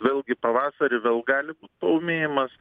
vėlgi pavasarį vėl gali paūmėjimas